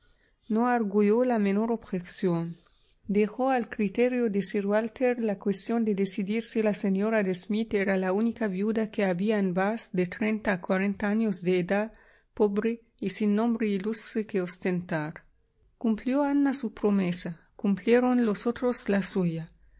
no arguyó la menor objeción dejó al criterio de sir walter la cuestión de decidir si la señora de smith era la única viuda que había en bath de treinta a cuarenta años de edad pobre y sin nombre ilustre que ostentar cumplió ana su promesa cumplieron los otros la suya